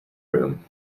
room